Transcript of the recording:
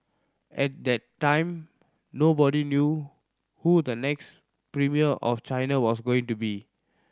at that time nobody knew who the next premier of China was going to be